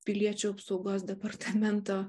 piliečių apsaugos departamento